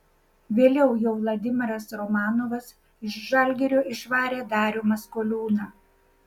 vėliau jau vladimiras romanovas iš žalgirio išvarė darių maskoliūną